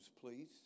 please